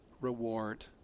reward